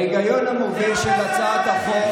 ההיגיון המוביל של הצעת החוק,